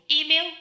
Email